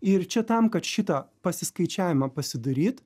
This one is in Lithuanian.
ir čia tam kad šitą pasiskaičiavimą pasidaryt